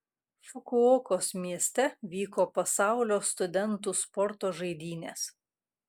fukuokos mieste vyko pasaulio studentų sporto žaidynės